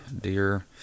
deer